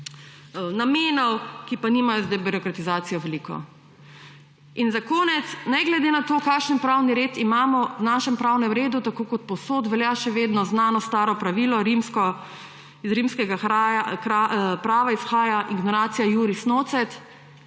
namenov, ki pa nimajo z debirokratizacijo veliko. Za konec, ne glede na to, kakšen pravni red imamo, v našem pravnem redu, tako kot povsod, velja še vedno znano staro pravilo, iz rimskega prava izhaja, ignoratia iuris nocet;